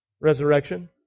resurrection